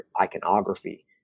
iconography